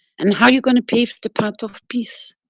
and how you gonna pay for the path of peace?